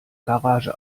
garage